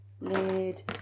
lid